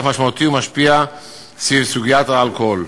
משמעותי ומשפיע סביב סוגיית האלכוהול.